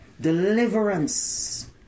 deliverance